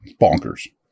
Bonkers